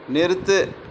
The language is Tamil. நிறுத்து